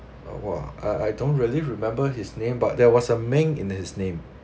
uh !wah! I I don't really remember his name but there was a Meng in his name